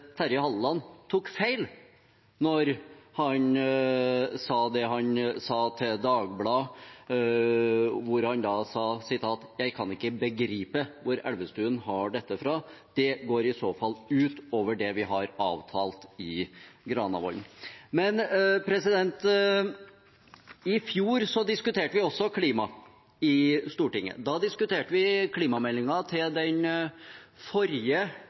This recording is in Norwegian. Terje Halleland tok feil når han sa det han sa til Dagbladet: «Jeg kan ikke begripe hvor Elvestuen har dette fra. Det går i så fall utover det vi har avtalt i Granavolden.» I fjor diskuterte vi også klima i Stortinget. Da diskuterte vi klimameldingen til den forrige